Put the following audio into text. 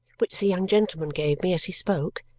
which the young gentleman gave me as he spoke.